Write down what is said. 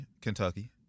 Kentucky